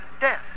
death